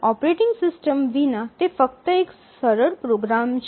operating system વિના તે ફક્ત એક સરળ પ્રોગ્રામ છે